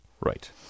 Right